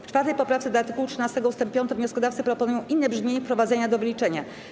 W 4. poprawce do art. 13 ust. 5 wnioskodawcy proponują inne brzmienie wprowadzenia do wyliczenia.